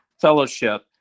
fellowship